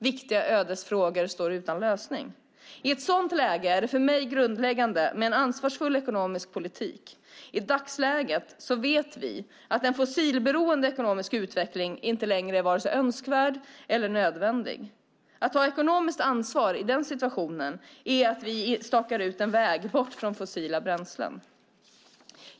Viktiga ödesfrågor står utan lösning. I ett sådant läge är det för mig grundläggande med en ansvarsfull ekonomisk politik. I dagsläget vet vi att en fossilberoende ekonomisk utveckling inte längre är vare sig önskvärd eller nödvändig. Att ta ekonomiskt ansvar i den situationen är att vi stakar ut en väg bort från fossila bränslen.